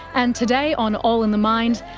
and today on all in the mind,